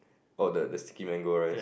or the the sticky mango rice